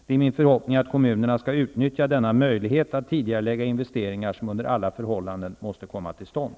Det är min förhoppning att kommunerna skall utnyttja denna möjlighet att tidigarelägga investeringar som under alla förhållanden måste komma till stånd.